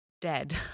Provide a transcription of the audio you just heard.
dead